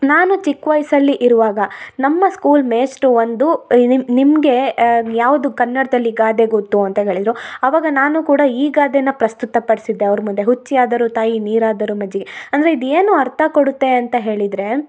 ನಾನು ಚಿಕ್ಕ ವಯಸ್ಸಲ್ಲಿ ಇರುವಾಗ ನಮ್ಮ ಸ್ಕೂಲ್ ಮೇಷ್ಟ್ರು ಒಂದು ಇ ನಿಮ್ಮ ನಿಮಗೆ ಯಾವ್ದು ಕನ್ನಡ್ದಲ್ಲಿ ಗಾದೆ ಗೊತ್ತು ಅಂತ ಕೇಳಿದರು ಅವಾಗ ನಾನು ಕೂಡ ಈ ಗಾದೆನ ಪ್ರಸ್ತುತ ಪಡ್ಸಿದ್ದೆ ಅವ್ರ ಮುಂದೆ ಹುಚ್ಚಿ ಆದರೂ ತಾಯಿ ನೀರು ಆದರೂ ಮಜ್ಜಿಗೆ ಅಂದರೆ ಇದೇನು ಅರ್ಥ ಕೊಡುತ್ತೆ ಅಂತ ಹೇಳಿದರೆ